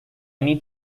need